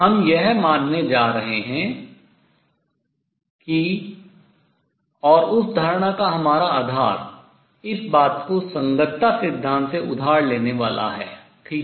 हम यह मानने जा रहे हैं कि और उस धारणा का हमारा आधार इस बात को संगतता सिद्धांत से उधार लेने वाला है ठीक है